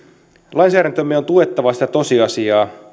lainsäädäntömme on tuettava sitä tosiasiaa